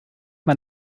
man